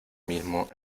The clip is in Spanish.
mismo